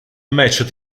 match